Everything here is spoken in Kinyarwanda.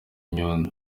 inyundo